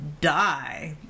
die